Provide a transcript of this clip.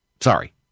Sorry